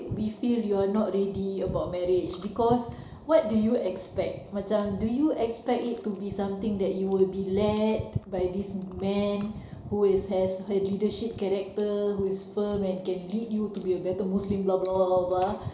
we feel you're not ready about marriage because what do you expect macam do you expect it to be something that you will be led by this man who is has her leadership character who's spur and can lead you to be a better muslim blah blah blah